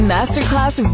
Masterclass